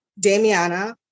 damiana